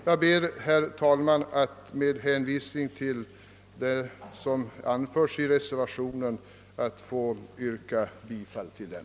Jag ber, herr talman, att med hänvisning till det som har anförts i reservationen få yrka bifall till den.